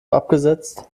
abgesetzt